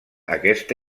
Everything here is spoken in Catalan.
aquesta